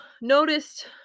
noticed